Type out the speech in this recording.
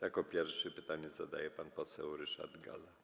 Jako pierwszy pytanie zadaje pan poseł Ryszard Galla.